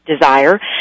desire